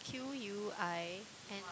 Q_U_I_N